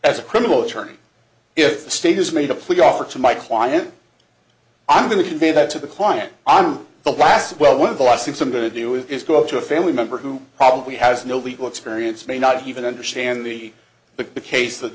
as a criminal attorney if the state has made a plea offer to my client i'm going to convey that to the client i'm the last well one of the last six i'm going to do is go up to a family member who probably has no legal experience may not even understand the the case